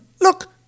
Look